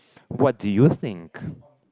what do you think